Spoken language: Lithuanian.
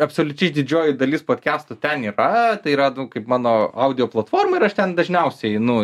absoliučiai didžioji dalis podkestų ten yra tai yra nu kaip mano audio platforma ir aš ten dažniausiai einu